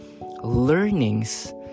learnings